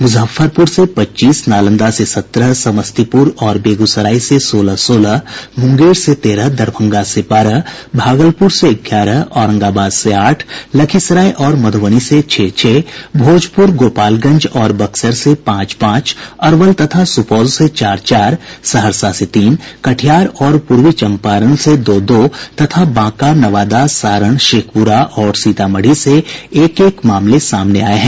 मुजफ्फरपुर से पच्चीस नालंदा से सत्रह समस्तीपुर और बेगूसराय से सोलह सोलह मुंगेर से तेरह दरभंगा से बारह भागलपुर से ग्यारह औरंगाबाद से आठ लखीसराय और मधुबनी से छह छह भोजपुर गोपालगंज और बक्सर से पांच पांच अरवल और सुपौल से चार चार सहरसा से तीन कटिहार और पूर्वी चंपारण से दो दो तथा बांका नवादा सारण शेखपूरा और सीतामढ़ी से एक एक मामले सामने आये हैं